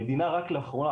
המדינה רק לאחרונה,